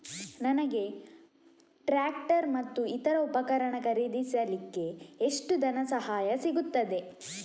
ನನಗೆ ಟ್ರ್ಯಾಕ್ಟರ್ ಮತ್ತು ಇತರ ಉಪಕರಣ ಖರೀದಿಸಲಿಕ್ಕೆ ಎಷ್ಟು ಧನಸಹಾಯ ಸಿಗುತ್ತದೆ?